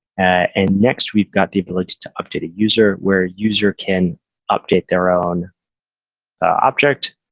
and next, we've got the ability to update a user, where user can update their own object.